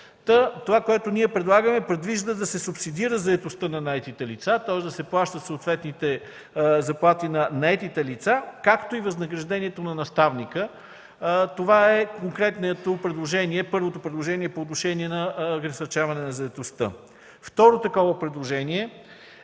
Това, което предлагаме, предвижда да се субсидира заетостта на наетите лица, тоест да се плащат съответните заплати на наетите лица, както и възнаграждението на наставника. Това е първото предложение по отношение на насърчаване на заетостта. Второ такова предложение е